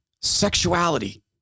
sexuality